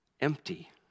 empty